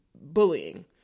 bullying